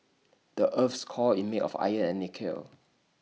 the Earth's core is made of iron and nickel